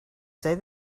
say